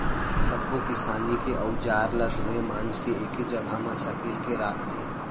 सब्बो किसानी के अउजार ल धोए मांज के एके जघा म सकेल के राखथे